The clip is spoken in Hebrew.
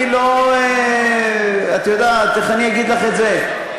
אני לא, את יודעת, איך אני אגיד לך את זה?